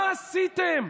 מה עשיתם?